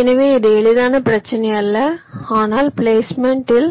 எனவே இது எளிதான பிரச்சினை அல்ல ஆனால் பிளேஸ்மெண்ட் இல்